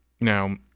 now